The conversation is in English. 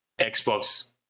xbox